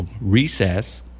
recess